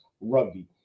Rugby